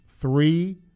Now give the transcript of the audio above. three